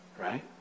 right